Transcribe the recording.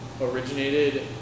originated